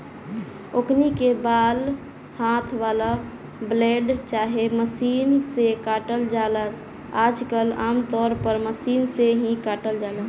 ओकनी के बाल हाथ वाला ब्लेड चाहे मशीन से काटल जाला आजकल आमतौर पर मशीन से ही काटल जाता